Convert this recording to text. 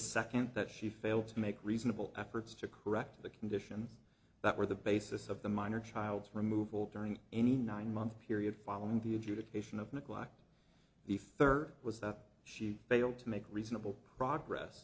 second that she failed to make reasonable efforts to correct the conditions that were the basis of the minor child's removal during any nine month period following the adjudication of neglect the third was that she failed to make reasonable progress